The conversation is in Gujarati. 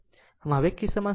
આમ હવે તે કિસ્સામાં શું થશે